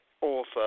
author